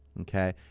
Okay